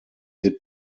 did